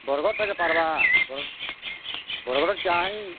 ବରଗଡ଼ଟା ଯେ ପାରବା ବରଗଡ଼ର ଚାହା ହିଁ